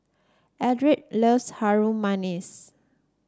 Eldred loves Harum Manis